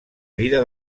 vida